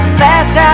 fast